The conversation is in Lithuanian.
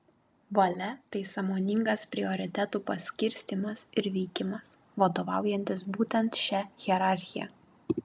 valia tai sąmoningas prioritetų paskirstymas ir veikimas vadovaujantis būtent šia hierarchija